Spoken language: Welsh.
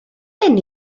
hyn